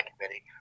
committee